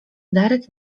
darek